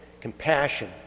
compassion